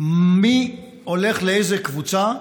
מי הולך לאיזו קבוצה,